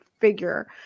figure